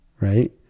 right